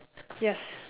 yes